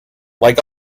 like